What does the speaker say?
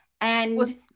And-